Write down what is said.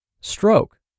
stroke